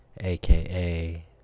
aka